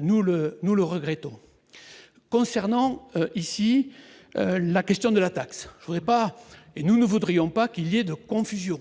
nous le, nous le regrettons concernant ici la question de la taxe je voudrais pas et nous ne voudrions pas qu'il y a de confusion,